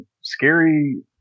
scary